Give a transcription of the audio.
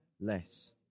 less